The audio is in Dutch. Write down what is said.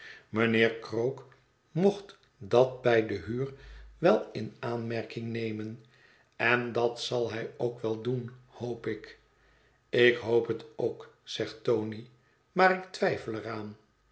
mijnheer krook mocht dat bij de huur wel in aanmerking nemen en dat zal hij ook wel doen hoop ik ik hoop het ook zegt tony maar ik twijfel er aan